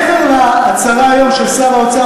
ספר,